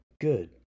Good